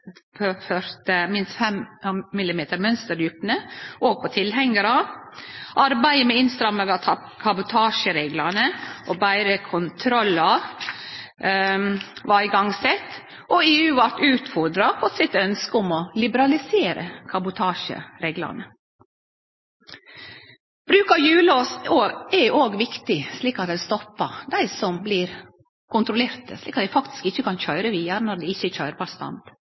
tilhengarar. Arbeidet med innstramminga av kabotasjereglane og betre kontrollar vart sett i gang. Og EU vart utfordra på sitt ønske om å liberalisere kabotasjereglane. Bruk av hjullås er òg viktig, slik at ein stoppar dei som blir kontrollerte, at dei faktisk ikkje kan køyre vidare når bilane ikkje